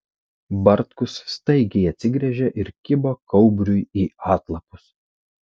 bartkus staigiai atsigręžė ir kibo kaubriui į atlapus